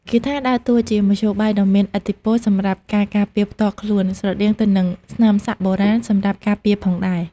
គាថាដើរតួជាមធ្យោបាយដ៏មានឥទ្ធិពលសម្រាប់ការការពារផ្ទាល់ខ្លួន ស្រដៀងទៅនឹងស្នាមសាក់បុរាណសម្រាប់ការពារផងដែរ។